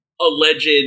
alleged